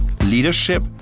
leadership